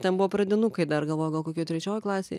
ten buvo pradinukai dar galvoju gal kokioj trečioj klasėj